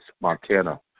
Montana